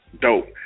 dope